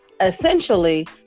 essentially